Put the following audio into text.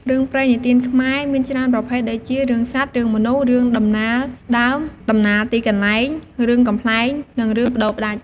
រឿងព្រេងនិទានខ្មែរមានច្រើនប្រភេទដូចជា រឿងសត្វ រឿងមនុស្ស រឿងដំណាលដើម តំណាលទីកន្លែង រឿងកំប្លែង និងរឿងប្ដូរផ្ដាច់។